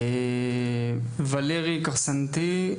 ולרי כרסנטי,